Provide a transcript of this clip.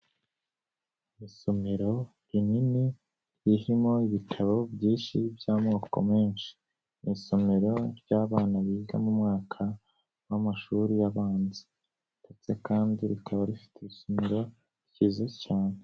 Isomero rinini ririmo ibitabo byinshi by'amoko menshi, ni isomero ry'abana biga mu mwaka w'amashuri abanza ndetse kandi rikaba rifite isomero ryiza cyane.